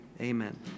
Amen